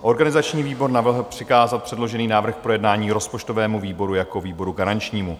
Organizační výbor navrhl přikázat předložený návrh k projednání rozpočtovému výboru jako výboru garančnímu.